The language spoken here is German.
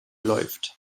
läuft